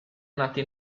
nati